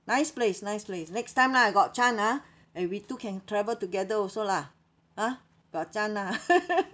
nice place nice place next time lah got chance ah eh we two can travel together also lah ah got chance lah